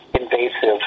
invasive